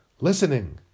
Listening